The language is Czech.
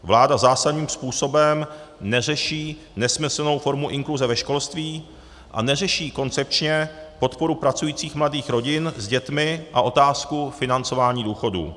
Vláda zásadním způsobem neřeší nesmyslnou formu inkluze ve školství a neřeší koncepčně podporu pracujících mladých rodin s dětmi a otázku financování důchodů.